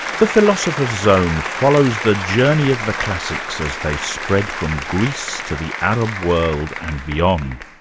the philosopher's zone follows the journey of the classics as they spread from greece to the arab world and beyond.